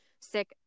sick